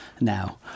now